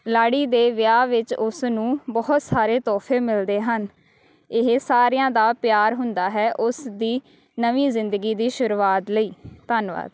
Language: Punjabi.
ਲਾੜੀ ਦੇ ਵਿਆਹ ਵਿੱਚ ਉਸ ਨੂੰ ਬਹੁਤ ਸਾਰੇ ਤੋਹਫ਼ੇ ਮਿਲਦੇ ਹਨ ਇਹ ਸਾਰਿਆਂ ਦਾ ਪਿਆਰ ਹੁੰਦਾ ਹੈ ਉਸ ਦੀ ਨਵੀਂ ਜ਼ਿੰਦਗੀ ਦੀ ਸ਼ੁਰੂਆਤ ਲਈ ਧੰਨਵਾਦ